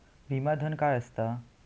विमा धन काय असता?